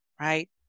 right